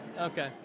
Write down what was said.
Okay